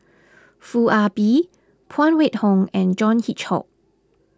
Foo Ah Bee Phan Wait Hong and John Hitchcock